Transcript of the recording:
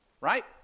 right